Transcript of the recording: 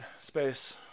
Space